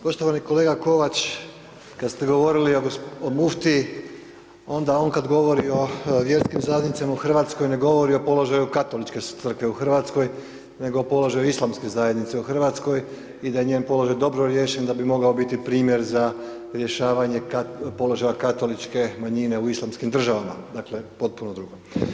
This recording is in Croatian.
Poštovani kolega Kovač, kad ste govorili o muftiji onda on kad govori o vjerskim zajednicama u Hrvatskoj, ne govori o položaju Katoličke crkve u Hrvatskoj nego o položaju islamske zajednice u Hrvatskoj i da je njen položaj dobro riješen da bi mogao biti primjer za rješavanje položaja katoličke manjine u islamskim državama dakle potpuno drugo.